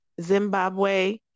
Zimbabwe